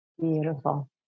Beautiful